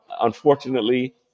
unfortunately